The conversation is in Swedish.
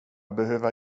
behöva